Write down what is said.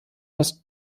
das